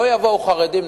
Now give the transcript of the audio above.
לא יבואו חרדים.